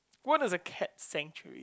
what is the cat thing with